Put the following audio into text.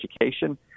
education